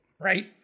Right